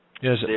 Yes